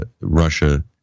Russia